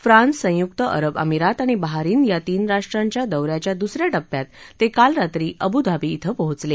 France संयुक्त अरब आमिरात आणि बहारिन या तीन राष्ट्रांच्या दौ याच्या दुस या टप्प्यात ते काल रात्री अबुधाबी क्रें पोहचले